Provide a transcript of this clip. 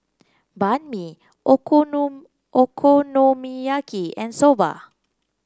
Banh Mi Okonomiyaki and Soba